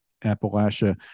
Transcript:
Appalachia